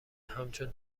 همچون